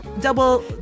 double